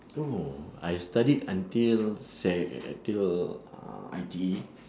oh I studied until sec~ until uh I_T_E